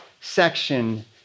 section